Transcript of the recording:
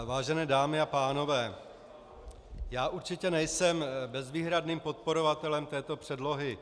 Vážené dámy a pánové, já určitě nejsem bezvýhradným podporovatelem této předlohy.